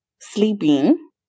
sleeping